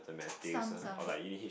some some